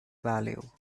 value